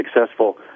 successful